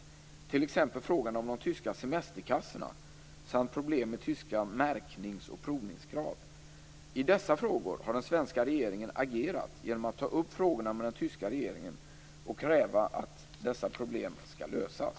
Det gäller t.ex. frågan om de tyska semesterkassorna samt problem med tyska märknings och provningskrav. I dessa frågor har den svenska regeringen agerat genom att ta upp frågorna med den tyska regeringen och kräva att dessa problem skall lösas.